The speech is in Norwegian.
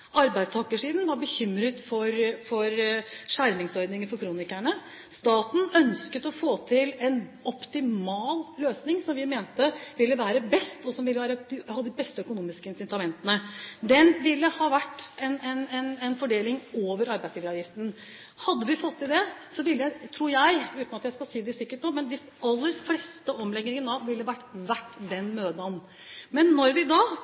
få til en optimal løsning – som vi mente ville være best, og som hadde de beste økonomiske incitamentene. Det ville ha vært en fordeling over arbeidsgiveravgiften. Hadde vi fått til det, tror jeg – uten at jeg skal si det sikkert nå – at de aller fleste omleggingene i Nav ville vært verdt den møden. Men når vi